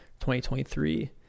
2023